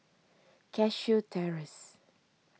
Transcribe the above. Cashew Terrace